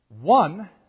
One